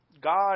God